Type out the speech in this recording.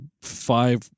five